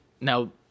now